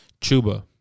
Chuba